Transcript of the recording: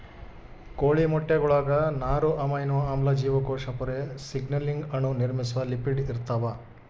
ಕೋಳಿ ಮೊಟ್ಟೆಗುಳಾಗ ನಾರು ಅಮೈನೋ ಆಮ್ಲ ಜೀವಕೋಶ ಪೊರೆ ಸಿಗ್ನಲಿಂಗ್ ಅಣು ನಿರ್ಮಿಸುವ ಲಿಪಿಡ್ ಇರ್ತಾವ